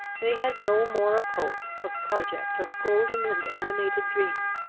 they had no more of hope, of project, of golden and animated dreams,